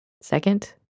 Second